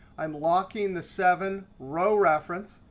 i'm locking the seven row reference,